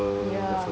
ya